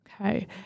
Okay